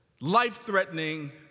life-threatening